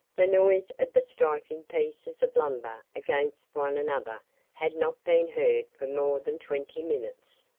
the noise of the striking pieces of lumber against one another had not been heard for more than twenty minutes.